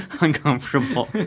uncomfortable